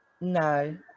no